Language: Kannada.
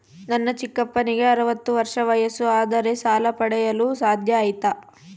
ನನ್ನ ಚಿಕ್ಕಪ್ಪನಿಗೆ ಅರವತ್ತು ವರ್ಷ ವಯಸ್ಸು ಆದರೆ ಸಾಲ ಪಡೆಯಲು ಸಾಧ್ಯ ಐತಾ?